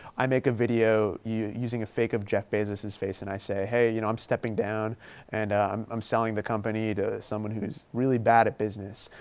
i make a video using a fake of jeff bezos's face. and i say, hey, you know, i'm stepping down and um i'm selling the company to someone who's really bad at business.